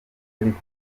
ariko